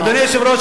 אדוני היושב-ראש,